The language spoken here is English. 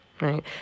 Right